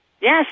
Yes